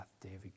David